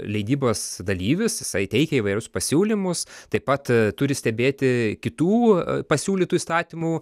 leidybos dalyvis jisai teikia įvairius pasiūlymus taip pat turi stebėti kitų pasiūlytų įstatymų